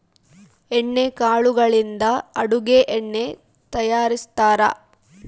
ಎಣ್ಣೆ ಕಾಳುಗಳಿಂದ ಅಡುಗೆ ಎಣ್ಣೆ ತಯಾರಿಸ್ತಾರಾ